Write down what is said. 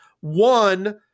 One